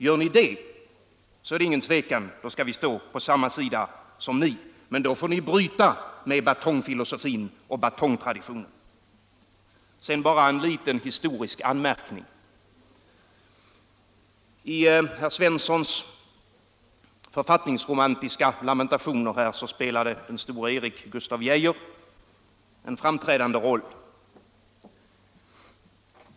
Gör ni det, så är det ingen tvekan, då skall vi stå på samma sida som ni, men då får ni bryta med batongfilosofin och batongtraditionen. Sedan bara en liten historisk anmärkning. I herr Svenssons författningsromantiska lamentationer spelade den store Erik Gustaf Geijer en framträdande roll.